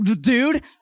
dude